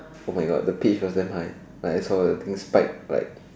oh my God the pitch wasn't mine I saw the thing spike like